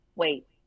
Wait